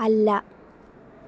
അല്ല